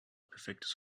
perfektes